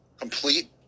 complete –